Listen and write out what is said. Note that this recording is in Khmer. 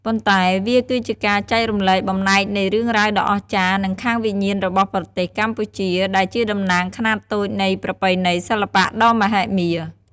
ប៉ុន្តែវាគឺជាការចែករំលែកបំណែកនៃរឿងរ៉ាវដ៏អស្ចារ្យ និងខាងវិញ្ញាណរបស់ប្រទេសកម្ពុជា ដែលជាតំណាងខ្នាតតូចនៃប្រពៃណីសិល្បៈដ៏មហិមា។